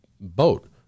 boat